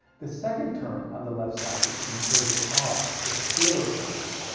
the second term on the left side is composed of r, the scalar curvature.